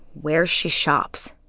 where she shops